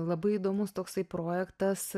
labai įdomus toksai projektas